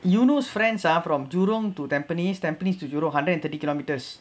eunos friends ah from jurong to tampines tampines to european hundred and thirty kilometres